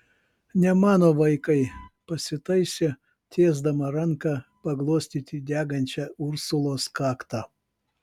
ne mano vaikai pasitaisė tiesdama ranką paglostyti degančią ursulos kaktą